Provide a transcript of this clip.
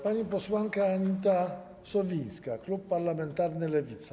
Pani posłanka Anita Sowińska, klub parlamentarny Lewica.